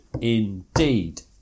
indeed